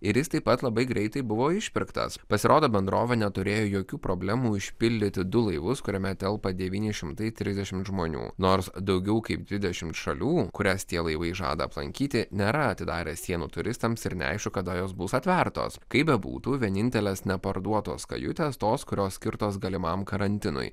ir jis taip pat labai greitai buvo išpirktas pasirodo bendrovė neturėjo jokių problemų užpildyti du laivus kuriame telpa devyni šimtai trisdešimt žmonių nors daugiau kaip dvidešimt šalių kurias tie laivai žada aplankyti nėra atidarę sienų turistams ir neaišku kada jos bus atvertos kaip bebūtų vienintelės neparduotos kajutės tos kurios skirtos galimam karantinui